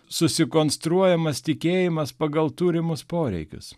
susikonstruojamas tikėjimas pagal turimus poreikius